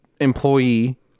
employee